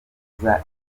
neza